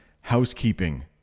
housekeeping